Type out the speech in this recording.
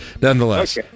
nonetheless